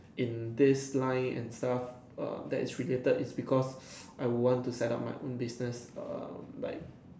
in this line and stuff err that is related that is because I want to set up my own business err like